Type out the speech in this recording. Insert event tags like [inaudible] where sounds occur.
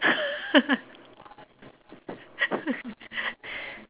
[laughs]